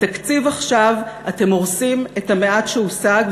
בתקציב עכשיו אתם הורסים את המעט שהושג,